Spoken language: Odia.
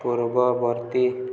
ପୂର୍ବବର୍ତ୍ତୀ